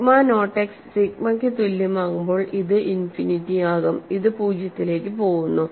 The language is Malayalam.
സിഗ്മ നോട്ട് എക്സ് സിഗ്മയ്ക്ക് തുല്യമാകുമ്പോൾ ഇത് ഇൻഫിനിറ്റി ആകും ഇത് പൂജ്യത്തിലേക്ക് പോകുന്നു